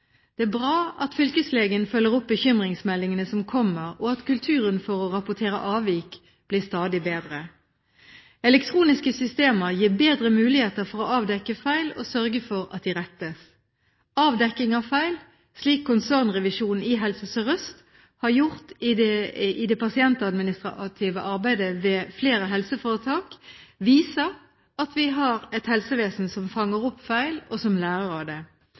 Det er bra at fylkeslegen følger opp bekymringsmeldingene som kommer, og at kulturen for å rapportere avvik blir stadig bedre. Elektroniske systemer gir bedre muligheter for å avdekke feil og sørge for at de rettes. Avdekking av feil, slik konsernrevisjonen i Helse Sør-Øst har gjort i det pasientadministrative arbeidet ved flere helseforetak, viser at vi har et helsevesen som fanger opp feil – og som lærer av det.